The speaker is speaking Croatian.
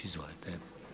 Izvolite.